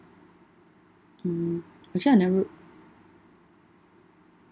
mm actually I never